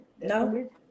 No